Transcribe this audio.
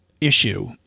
issue